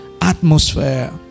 atmosphere